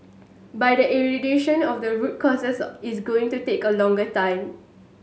but eradication of the root causes is going to take a longer time